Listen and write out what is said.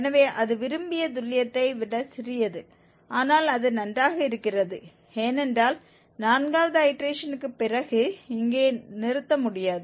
எனவே அது விரும்பிய துல்லியத்தை விட சிறியது ஆனால் அது நன்றாக இருக்கிறது ஏனென்றால் நான்காவது ஐடேரேஷன்க்குப் பிறகு இங்கே நிறுத்த முடியாது